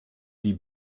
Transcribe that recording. die